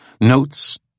notes